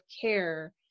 care